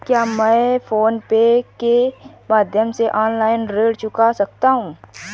क्या मैं PhonePe के माध्यम से ऑनलाइन ऋण चुका सकता हूँ?